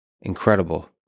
incredible